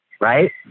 right